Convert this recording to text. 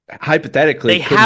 hypothetically